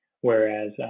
Whereas